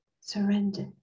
surrender